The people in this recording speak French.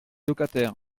locataires